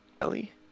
Ellie